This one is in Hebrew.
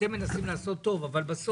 אתם מנסים לעשות טוב אבל יש